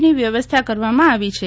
ની વ્યવસ્થા કરવામાં આવી છે